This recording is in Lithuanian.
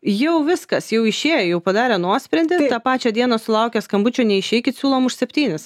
jau viskas jau išėjo jau padarė nuosprendį tą pačią dieną sulaukia skambučio neišeikit siūlom už septynis